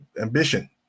ambition